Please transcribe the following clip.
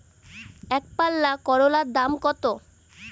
একপাল্লা করলার দাম কত?